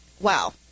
wow